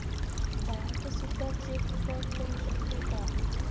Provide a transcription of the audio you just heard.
Bank सुद्धा cheque fraud करू शकते का?